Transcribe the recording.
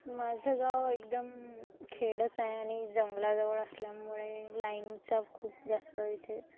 माझं गाव एकदम खेडच आहे आणि जंगलाजवळ असल्यामुळे लाईनचा खूप जास्त इथे